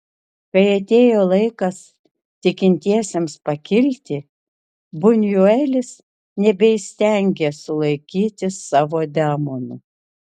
kai atėjo laikas tikintiesiems pakilti bunjuelis nebeįstengė sulaikyti savo demonų